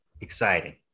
exciting